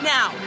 Now